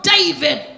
David